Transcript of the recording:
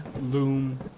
loom